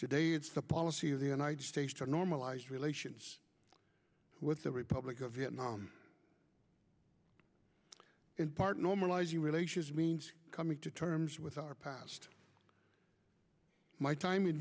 today it's the policy of the united states to normalize relations with the republic of vietnam in part normalizing relations means coming to terms with our past my time in